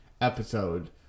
episode